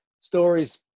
stories